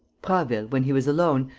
prasville, when he was alone,